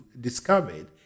discovered